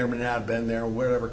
or may not have been there or wherever